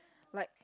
like